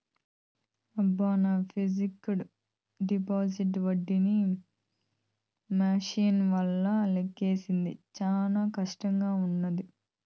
అబ్బ, నా fixed deposit ఒడ్డీని మాన్యువల్గా లెక్కించేది శానా కష్టంగా వుండాది